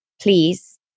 Please